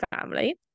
family